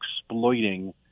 exploiting